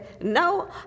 no